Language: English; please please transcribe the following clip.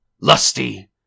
Lusty